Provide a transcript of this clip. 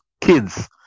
kids